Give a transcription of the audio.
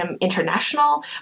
international